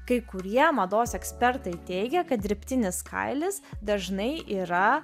kai kurie mados ekspertai teigia kad dirbtinis kailis dažnai yra